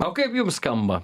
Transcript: o kaip jums skamba